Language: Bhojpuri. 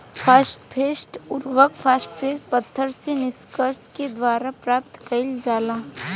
फॉस्फेट उर्वरक, फॉस्फेट पत्थर से निष्कर्षण के द्वारा प्राप्त कईल जाला